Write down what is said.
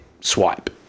swipe